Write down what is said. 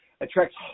attracts